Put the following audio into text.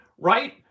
right